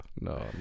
no